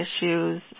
issues